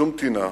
שום טינה,